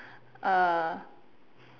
uh